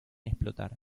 explotar